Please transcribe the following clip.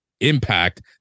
impact